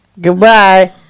Goodbye